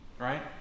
right